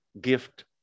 Gift